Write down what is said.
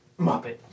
Muppet